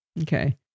Okay